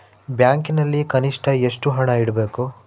ಬ್ಯಾಂಕಿನಲ್ಲಿ ಕನಿಷ್ಟ ಎಷ್ಟು ಹಣ ಇಡಬೇಕು?